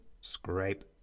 scrape